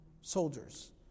soldiers